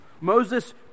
Moses